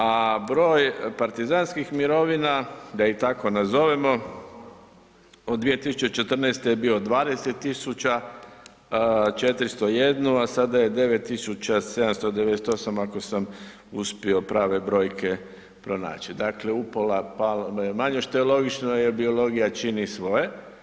A broj partizanskih mirovina, da ih tako nazovemo od 2014.je bio 20.401, a sada je 9.798 ako sam uspio prave brojke pronaći, dakle upola manje što je logično jer biologija čini svoje.